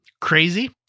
Crazy